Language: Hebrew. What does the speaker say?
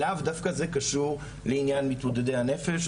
לאו דווקא זה קשור לעניין מתמודדי הנפש,